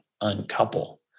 uncouple